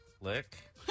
lick